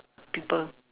people